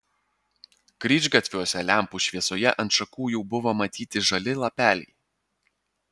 kryžgatviuose lempų šviesoje ant šakų jau buvo matyti žali lapeliai